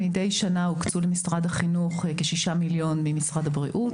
מדי שנה הוקצו למשרד החינוך כ-6 מיליון ממשרד הבריאות,